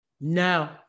No